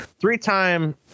Three-time